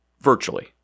virtually